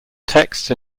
text